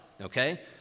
Okay